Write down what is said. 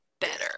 better